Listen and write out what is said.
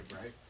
right